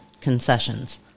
concessions